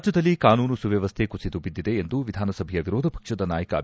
ರಾಜ್ಯದಲ್ಲಿ ಕಾನೂನು ಸುವ್ವವ್ಹೆ ಕುಸಿದು ಬಿದ್ದಿದೆ ಎಂದು ವಿಧಾನ ಸಭೆಯ ವಿರೋಧ ಪಕ್ಷದ ನಾಯಕ ಬಿ